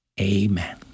Amen